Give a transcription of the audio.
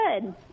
good